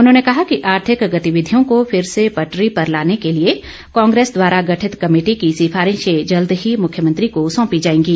उन्होंने कहा कि आर्थिक गतिविधियों को फिर से पटरी पर लाने के लिए कांग्रेस द्वारा गठित कमेटी की सिफारिशें जल्द ही मुख्यमंत्री को सौंपी जाएंगी